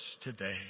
today